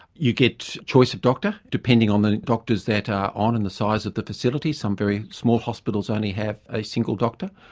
you get choice of doctor, depending on the doctors that are on and the size of the facility. some very small hospitals only have a single doctor.